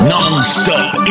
Non-stop